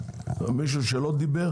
מישהו שלא דיבר